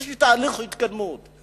איזה תהליך של התקדמות.